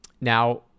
Now